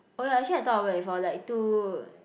oh ya actually I thought about it before like to